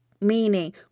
meaning